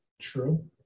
true